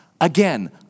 Again